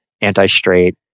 anti-straight